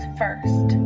first